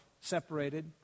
separated